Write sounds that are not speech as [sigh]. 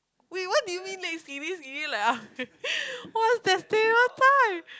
wait what do you mean leg skinny skinny like ah [laughs] what's that stereotype